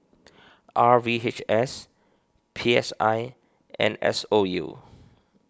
R V H S P S I and S O U